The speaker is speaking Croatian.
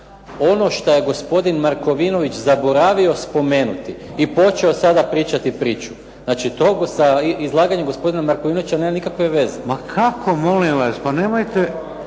ono šta je gospodin Markovinović zaboravio spomenuti i počeo sada pričati priču. Znači to sa izlaganjem gospodina Markovinovića nema nikakve veze. **Šeks, Vladimir